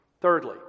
Thirdly